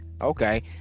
okay